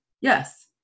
yes